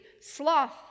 sloth